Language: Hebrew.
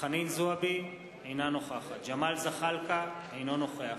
חנין זועבי, אינה נוכחת ג'מאל זחאלקה, אינו נוכח